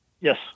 Yes